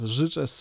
życzę